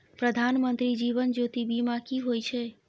प्रधानमंत्री जीवन ज्योती बीमा की होय छै?